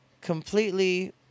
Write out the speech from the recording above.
completely